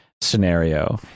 scenario